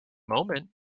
moment